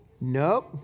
Nope